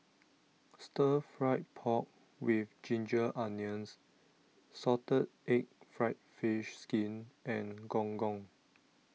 Stir Fried Pork with Ginger Onions Salted Egg Fried Fish Skin and Gong Gong